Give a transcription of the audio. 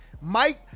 Mike